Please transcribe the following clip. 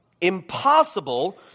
impossible